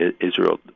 Israel